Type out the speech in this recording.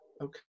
Okay